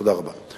תודה רבה.